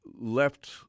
left